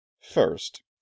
first